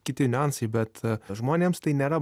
kiti niuansai bet žmonėms tai nėra